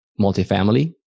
multifamily